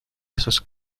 esos